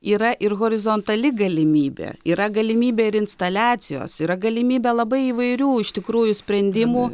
yra ir horizontali galimybė yra galimybė ir instaliacijos yra galimybė labai įvairių iš tikrųjų sprendimų